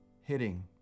hitting